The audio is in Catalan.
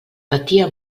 patia